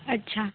अच्छा